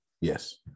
Yes